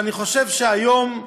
אבל אני חושב שהיום,